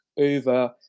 over